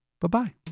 bye-bye